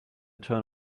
turn